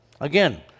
Again